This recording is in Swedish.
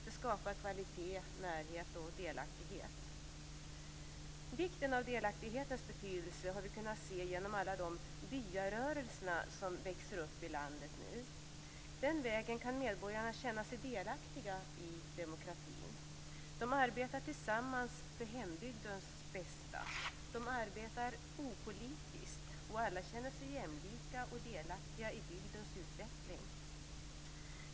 Det skapar kvalitet, närhet och delaktighet. Delaktighetens betydelse har vi kunnat se genom alla de s.k. byarörelser som växer upp i landet. Den vägen kan medborgarna känna sig delaktiga i demokratin. De arbetar tillsammans för hembygdens bästa. De arbetar opolitiskt, och alla känner sig jämlika och delaktiga i bygdens utveckling.